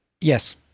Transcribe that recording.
Yes